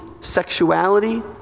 Sexuality